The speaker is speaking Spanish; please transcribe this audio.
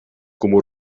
como